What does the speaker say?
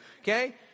Okay